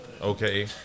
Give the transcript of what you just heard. okay